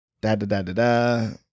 Da-da-da-da-da